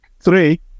three